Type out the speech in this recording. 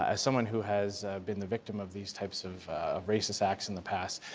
ah someone who has been the victim of these types of racist acts in the past,